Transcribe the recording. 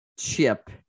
chip